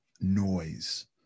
noise